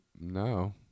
No